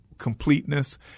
completeness